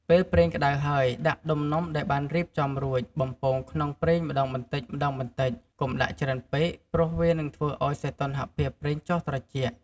ពេលប្រេងក្ដៅហើយ ដាក់ដុំនំដែលបានរៀបចំរួច បំពងក្នុងប្រេងម្ដងបន្តិចៗ កុំដាក់ច្រើនពេកព្រោះវានឹងធ្វើឱ្យសីតុណ្ហភាពប្រេងចុះត្រជាក់។